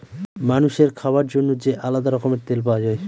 মানুষের খাবার জন্য যে আলাদা রকমের তেল পাওয়া যায়